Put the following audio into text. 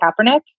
Kaepernick